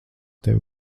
tevi